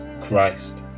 Christ